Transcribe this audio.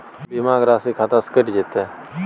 बीमा के राशि खाता से कैट जेतै?